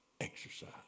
exercise